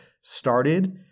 started